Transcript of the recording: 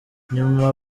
nyuma